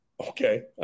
okay